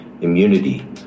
immunity